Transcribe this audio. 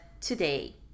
today